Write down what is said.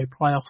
playoffs